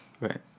Right